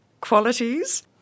qualities